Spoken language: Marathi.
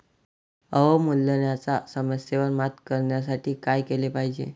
अवमूल्यनाच्या समस्येवर मात करण्यासाठी काय केले पाहिजे?